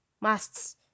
masts